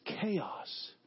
chaos